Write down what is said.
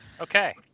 Okay